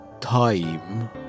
time